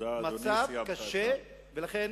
מצב קשה, ולכן